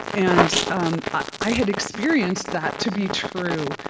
and um i had experienced that to be true.